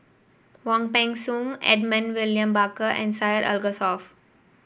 Wong Peng Soon Edmund William Barker and Syed Alsagoff